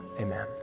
amen